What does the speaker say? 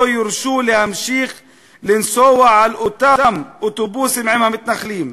יורשו להמשיך לנסוע באותם אוטובוסים עם המתנחלים.